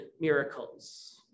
miracles